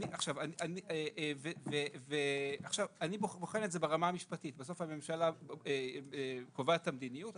בסוף הממשלה קובעת את המדיניות.